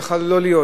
יכול היה לא להיות.